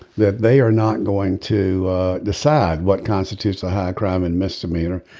that they are not going to decide what constitutes a high crime and misdemeanor.